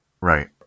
Right